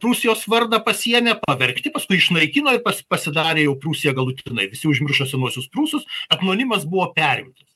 prūsijos vardą pasiėmė pavergti paskui išnaikino ir pas pasidarė jau prūsija galutinai visi užmiršo senuosius prūsus etnonimas buvo perimtas